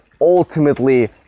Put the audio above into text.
ultimately